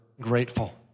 grateful